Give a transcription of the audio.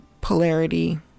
polarity